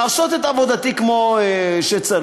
לעשות את עבודתי כמו שצריך,